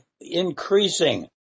Increasing